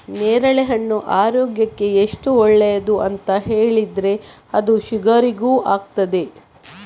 ನೇರಳೆಹಣ್ಣು ಆರೋಗ್ಯಕ್ಕೆ ಎಷ್ಟು ಒಳ್ಳೇದು ಅಂತ ಹೇಳಿದ್ರೆ ಅದು ಶುಗರಿಗೂ ಆಗ್ತದೆ